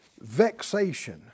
vexation